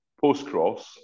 Post-cross